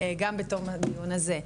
גם בתום הדיון הזה,